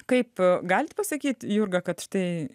kaip galit pasakyt jurga kad štai